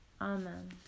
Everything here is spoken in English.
Amen